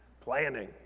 planning